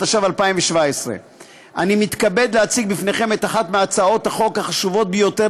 התשע"ז 2017. אני מתכבד להציג לפניכם את אחת מהצעות החוק החשובות ביותר,